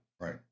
right